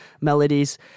melodies